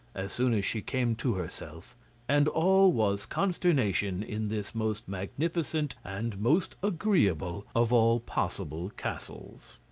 as soon as she came to herself and all was consternation in this most magnificent and most agreeable of all possible castles.